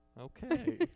Okay